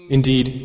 Indeed